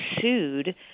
sued